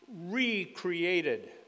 recreated